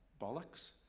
bollocks